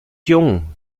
jung